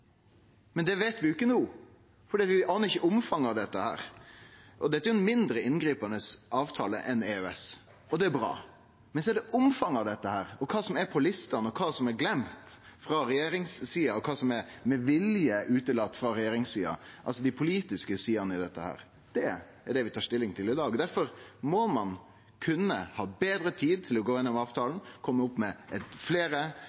men det veit vi jo ikkje no. Vi aner ikkje omfanget av dette. Dette er ein mindre inngripande avtale enn EØS. Det er bra, men så er det omfanget av dette, kva som er på lista, kva som er gløymt frå regjeringssida, og kva som med vilje er utelate frå regjeringssida, altså dei politiske sidene av dette. Det er det vi tar stilling til i dag. Difor må ein ha betre tid til å gå